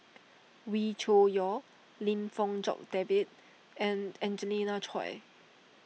Wee Cho Yaw Lim Fong Jock David and Angelina Choy